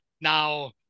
now